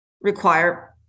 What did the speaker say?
require